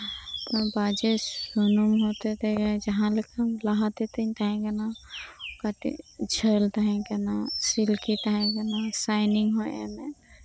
ᱱᱚᱣᱟ ᱵᱟᱡᱮ ᱩᱱᱩᱢ ᱦᱚᱛᱮ ᱛᱮᱜᱮ ᱡᱟᱸᱦᱟ ᱞᱮᱠᱟ ᱞᱟᱦᱟᱛᱮ ᱛᱤᱧ ᱛᱟᱸᱦᱮ ᱠᱟᱱᱟ ᱠᱟᱹᱴᱤᱡ ᱡᱷᱟᱹᱞ ᱛᱟᱸᱦᱮ ᱠᱟᱱᱟ ᱥᱤᱞᱠᱤ ᱛᱟᱸᱦᱮ ᱠᱟᱱᱟ ᱥᱟᱭᱱᱤᱝ ᱦᱚᱸ ᱮᱢ ᱮᱜ